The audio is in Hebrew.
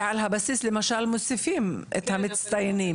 ועל הבסיס למשל מוסיפים את המצטיינים,